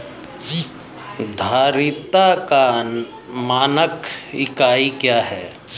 धारिता का मानक इकाई क्या है?